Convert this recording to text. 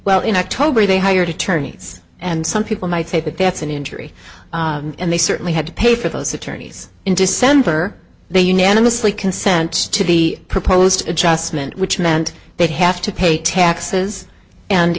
well in october they hired attorneys and some people might say that that's an injury and they certainly had to pay for those attorneys in december they unanimously consent to the proposed adjustment which meant they have to pay taxes and